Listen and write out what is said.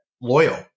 loyal